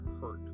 hurt